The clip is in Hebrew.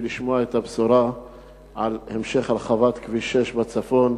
לשמוע את הבשורה על המשך הרחבת כביש 6 בצפון,